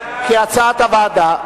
לפי הצעת הוועדה.